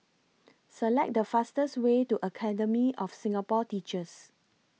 Select The fastest Way to Academy of Singapore Teachers